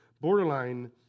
borderline